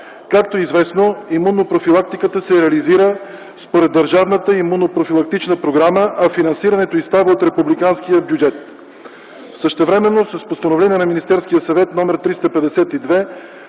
Както е известно, имунопрофилактиката се реализира според държавната имунно-профилактична програма, а финансирането й става от републиканския бюджет. Същевременно с Постановление на Министерския съвет № 352